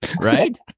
right